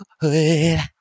good